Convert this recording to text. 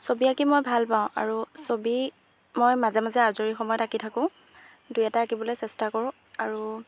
ছবি আঁকি মই ভাল পাওঁ আৰু ছবি মই মাজে মাজে আজৰি সময়ত আঁকি থাকোঁ দুই এটা আঁকিবলৈ চেষ্টা কৰোঁ আৰু